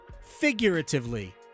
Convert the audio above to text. figuratively